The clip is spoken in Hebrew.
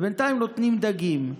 ובינתיים נותנים דגים.